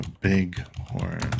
Bighorn